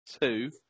two